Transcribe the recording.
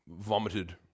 vomited